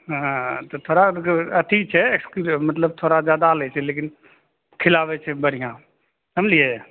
हँ तऽ थोड़ा अथी छै एक्सक्लू मतलब थोड़ा जादा लै छै लेकिन खियाबै छै बढिऑं समझलिए